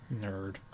Nerd